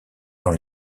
dans